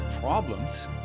problems